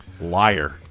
liar